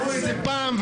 מפריעים לי.